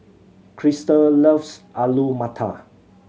Crystal loves Alu Matar